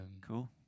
Cool